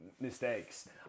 mistakes